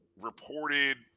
reported